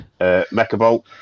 Mechabolt